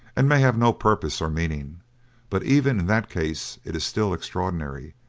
and may have no purpose or meaning but even in that case it is still extraordinary,